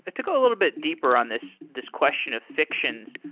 ah to go a little bit deeper on this, this question of fictions,